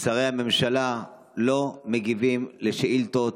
ששרי הממשלה לא מגיבים לשאילתות,